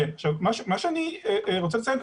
מה שאני רוצה לציין,